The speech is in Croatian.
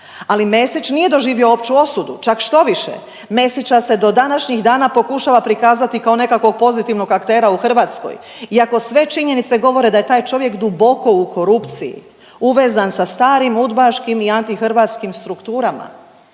ali Mesić nije doživio opću osudu, čak štoviše, Mesića se do današnjih dana pokušava prikazati kao nekakvog pozitivnog aktera u Hrvatskoj iako sve činjenice govore da je taj čovjek duboko u korupciji, uvezan sa starim udbaškim i antihrvatskim strukturama,